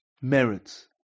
merits